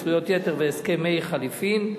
זכויות יתר והסכמי חליפין),